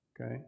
okay